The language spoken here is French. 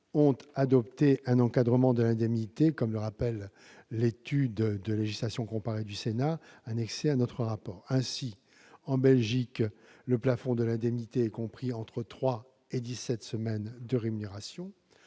ont adopté un encadrement de l'indemnité, comme le rappelle l'étude de législation comparée du Sénat annexée au rapport de la commission. Ainsi, en Belgique, le plafond de l'indemnité est compris entre trois et dix-sept semaines de rémunération.